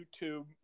YouTube